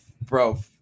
Bro